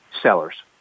sellers